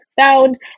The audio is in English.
found